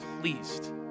pleased